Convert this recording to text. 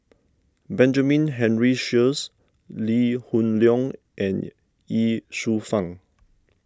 Benjamin Henry Sheares Lee Hoon Leong and Ye Shufang